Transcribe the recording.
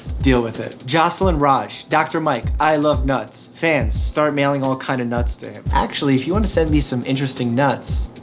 deal with it. jocelyn raj dr. mike i love nuts fans start mailing all kinda ah kind of nuts to him. actually, if you want to send me some interesting nuts,